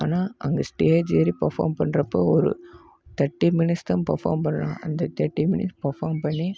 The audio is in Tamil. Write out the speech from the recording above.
ஆனால் அங்கே ஸ்டேஜ் ஏறி பர்ஃபார்ம் பண்றப்போது ஒரு தேர்ட்டி மினிட்ஸ் தான் பர்ஃபார்ம் பண்ணலாம் அந்த தேர்ட்டி மினிட்ஸ் பர்ஃபார்ம் பண்ணி